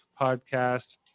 podcast